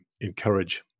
encourage